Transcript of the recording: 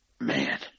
man